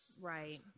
Right